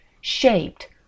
shaped